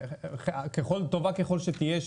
טובה ככל שתהיה,